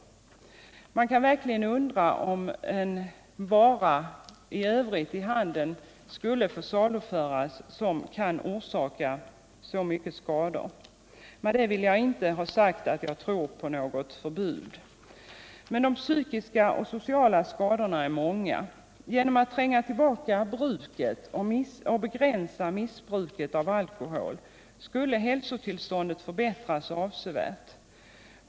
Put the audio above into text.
Man kan verkligen undra om en annan vara skulle få saluföras i handeln som orsakar så mycket skador. — Med detta vill jag inte ha sagt att jag tror på något förbud. De psykiska och sociala skadorna är många. Genom att tränga tillbaka bruket och begränsa missbruket av alkohol skulle hälsotillståndet förbättras avsevärt.